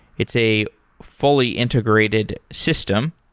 it's a fully integrated system.